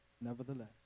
Nevertheless